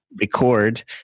record